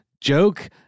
joke